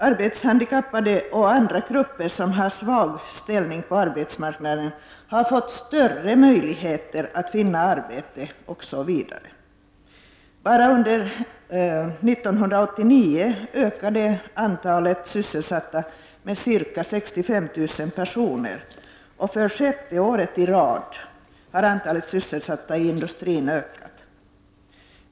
Arbetshandikappade och andra grupper som har svag ställning på arbetsmarknaden har fått större möjligheter att finna arbete, osv. Bara under 1989 ökade antalet sysselsatta med ca 65 000 personer, och för sjätte året i rad har antalet sysselsatta i industrin ökat.